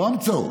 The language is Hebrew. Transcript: המצאות.